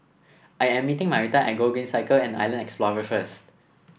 I am meeting Marita at Gogreen Cycle and Island Explorer first